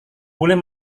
boleh